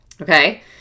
Okay